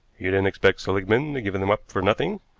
you didn't expect seligmann to give them up for nothing?